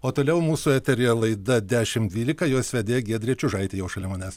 o toliau mūsų eteryje laida dešim dvylika jos vedėja giedrė čiužaitė jau šalia manęs